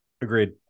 agreed